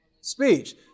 Speech